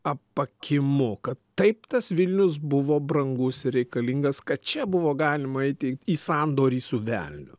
apakimu kad taip tas vilnius buvo brangus ir reikalingas kad čia buvo galima eiti į sandorį su velniu